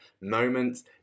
moments